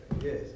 Yes